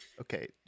Okay